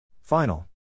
Final